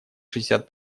шестьдесят